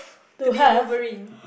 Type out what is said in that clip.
to be wolverine